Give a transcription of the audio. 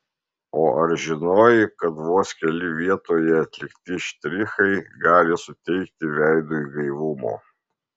o ar žinojai kad vos keli vietoje atlikti štrichai gali suteikti veidui gaivumo